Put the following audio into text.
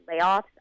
layoffs